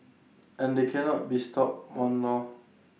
and they cannot be stopped one lor